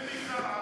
והמגזר הערבי.